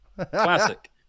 Classic